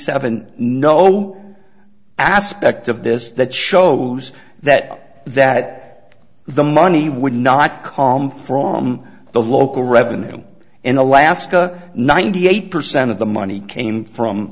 seven no aspect of this that shows that that the money would not com from the local revenue in alaska ninety eight percent of the money came from